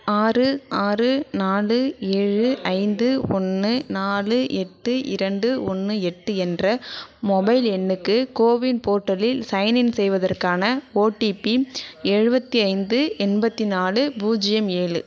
ஆறு ஆறு நாலு ஏழு ஐந்து ஒன்று நாலு எட்டு இரண்டு ஒன்று எட்டு என்ற மொபைல் எண்ணுக்கு கோவின் போர்ட்டலில் சைன்இன் செய்வதற்கான ஓடிபி எழுபத்தி ஐந்து எண்பத்து நாலு பூஜ்ஜியம் ஏழு